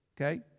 okay